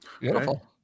Beautiful